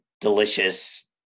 delicious